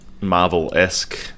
marvel-esque